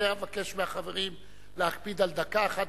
אני מבקש מהחברים להקפיד על דקה אחת.